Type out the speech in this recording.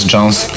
Jones